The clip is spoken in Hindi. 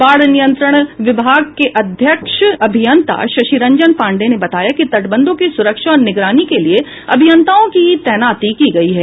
बाढ़ नियंत्रण विभाग के अधीक्षण अभियंता शशि रंजन पाण्डेय ने बताया कि तटबंधों की सुरक्षा और निगरानी के लिये अभियंताओं की तैनाती की गयी है